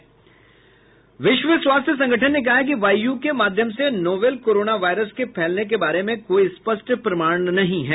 विश्व स्वास्थ्य संगठन ने कहा है कि वायु के माध्यम से नोवेल कोरोना वायरस के फैलने के बारे में कोई स्पष्ट प्रमाण नहीं हैं